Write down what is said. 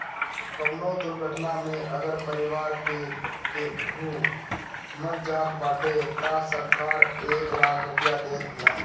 कवनो दुर्घटना में अगर परिवार के केहू मर जात बाटे तअ सरकार एक लाख रुपिया देत बिया